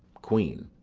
queen.